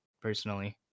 personally